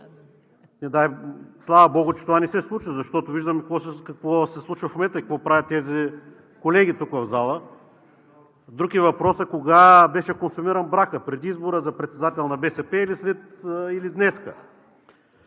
Слава богу, че това не се случи, защото виждам какво се случва в момента и какво правят тези колеги в залата. Друг е въпросът кога беше консумиран бракът – преди избора за председател на БСП или днес.